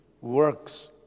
works